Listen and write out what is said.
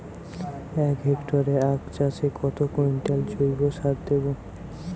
এক হেক্টরে আখ চাষে কত কুইন্টাল জৈবসার দেবো?